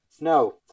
no